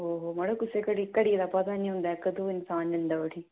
ओहो मड़ो कुसै घड़ी घड़ी दा पता निं होंदा ऐ कदूं इन्सान जंदा उठी